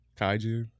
Kaiju